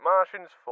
Martians